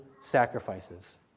sacrifices